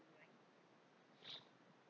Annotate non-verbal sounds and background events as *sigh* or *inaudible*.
*noise*